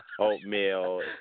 oatmeal